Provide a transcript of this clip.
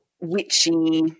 witchy